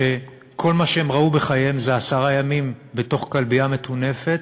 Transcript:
שכל מה שהם ראו בחייהם זה עשרה ימים בתוך כלבייה מטונפת,